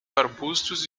arbustos